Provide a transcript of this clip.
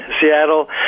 Seattle